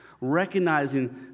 recognizing